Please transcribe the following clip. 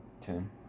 Ten